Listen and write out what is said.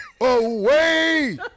away